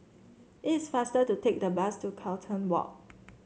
it is faster to take the bus to Carlton Walk